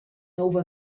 nouv